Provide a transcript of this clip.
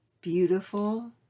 beautiful